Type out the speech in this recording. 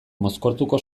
mozkortuko